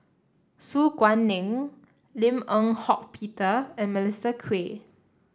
Su Guaning Lim Eng Hock Peter and Melissa Kwee